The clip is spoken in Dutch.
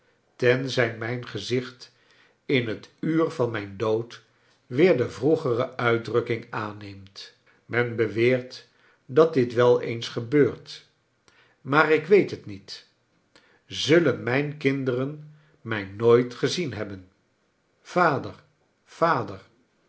tenzij mijn gezicht in het uur van mijn dood weer de vroegere uitdrukking aanneemt men beweert dat dit wel eens gebeurt maar ik weet het niet zullen mijn kinderen mij nooit gezien hebben vader vader